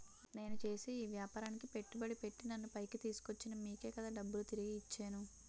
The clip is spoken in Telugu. నేను చేసే ఈ వ్యాపారానికి పెట్టుబడి పెట్టి నన్ను పైకి తీసుకొచ్చిన మీకే కదా డబ్బులు తిరిగి ఇచ్చేను